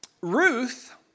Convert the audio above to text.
Ruth